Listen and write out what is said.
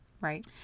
Right